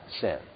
sin